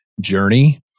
journey